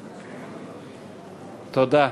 תודה.